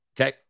Okay